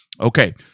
Okay